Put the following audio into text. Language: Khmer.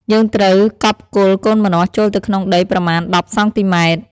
យើងត្រូវកប់គល់កូនម្នាស់ចូលទៅក្នុងដីប្រមាណ ១០ សង់ទីម៉ែត្រ។